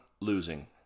losing